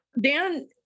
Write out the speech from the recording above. Dan